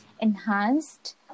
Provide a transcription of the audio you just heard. enhanced